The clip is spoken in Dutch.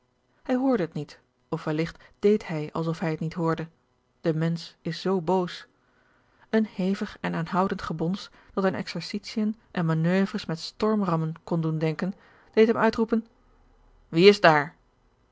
hij hoorde het niet of welligt deed hij alsof hij het niet hoorde de mensch is zoo boos een hevig en aanhoudend gebons dat aan exercitiën en manoeuvres met stormrammen kon doen denken deed hem uitroepen wie is daar